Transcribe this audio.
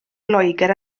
loegr